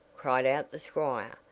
cried out the squire,